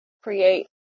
create